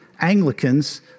Anglicans